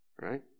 right